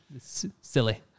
silly